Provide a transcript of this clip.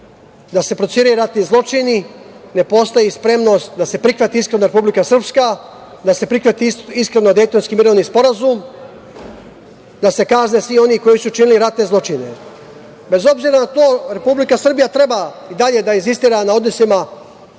da se procesuiraju ratni zločini, ne postoji spremnost da se prihvati iskreno Republika Srpska, da se prihvati iskreno Dejtonski mirovni sporazum, da se kazne svi oni koji su činili ratne zločine. Bez obzira na to Republika Srbija treba i dalje da insistira na odnosima